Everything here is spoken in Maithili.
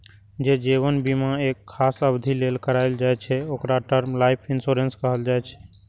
जे जीवन बीमा एक खास अवधि लेल कराएल जाइ छै, ओकरा टर्म लाइफ इंश्योरेंस कहल जाइ छै